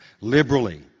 liberally